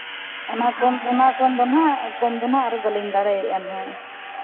ᱚᱱᱟ ᱠᱚᱢ ᱚᱱᱟ ᱠᱚᱢ ᱫᱚ ᱦᱟᱸᱜ ᱠᱚᱢ ᱫᱚ ᱦᱟᱸᱜ ᱟᱨᱚ ᱵᱟᱹᱞᱤᱧ ᱫᱟᱲᱮᱭᱟᱜᱼᱟ ᱦᱟᱸᱜ